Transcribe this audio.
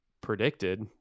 predicted